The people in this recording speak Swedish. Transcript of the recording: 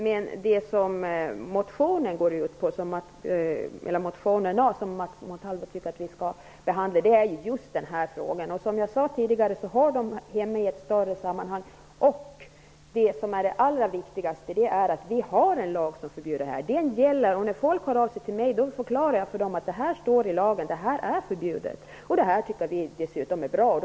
Men de motioner som Max Montalvo tycker att vi skall behandla gäller just frågan om slakt. Jag sade tidigare att de hör hemma i ett större sammanhang. Det allra viktigaste är att det finns en lag som förbjuder detta. Lagen gäller. När folk hör av sig till mig förklarar jag att detta är förbjudet i lag. Vi tycker dessutom att det är bra.